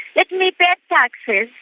let me pay taxes,